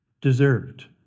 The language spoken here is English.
deserved